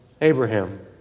Abraham